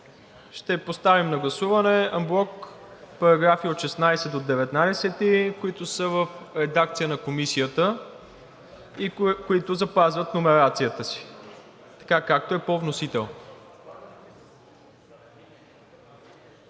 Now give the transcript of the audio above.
ще поставя на гласуване анблок § 16 – 19, които са в редакция на Комисията и които запазват номерацията си, така както е по вносител.